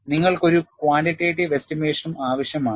നിങ്ങൾക്ക് ഒരു ക്വാണ്ടിറ്റേറ്റീവ് എസ്റിമേഷനും ആവശ്യമാണ്